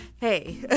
hey